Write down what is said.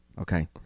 Okay